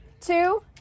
two